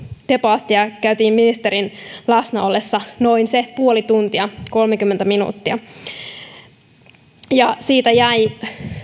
debattia käytiin ministerin läsnäollessa noin se puoli tuntia kolmekymmentä minuuttia siitä jäi